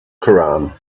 koran